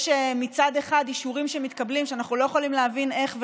יש מצד אחד אישורים שמתקבלים שאנחנו לא יכולים להבין איך ולמה,